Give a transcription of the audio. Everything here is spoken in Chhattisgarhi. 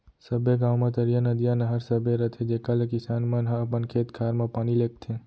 सबे गॉंव म तरिया, नदिया, नहर सबे रथे जेकर ले किसान मन ह अपन खेत खार म पानी लेगथें